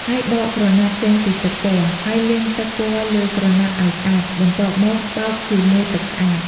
ហើយដកក្រណាត់ចេញពីទឹកពណ៌ ហើយលាងទឹកពណ៌លើក្រណាត់អោយស្អាត បន្ទាប់មកបោកជាមួយទឹកស្អាត។